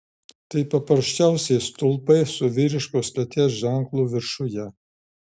tai paprasčiausi stulpai su vyriškos lyties ženklu viršuje